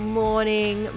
morning